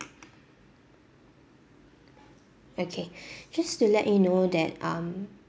okay just to let you know that um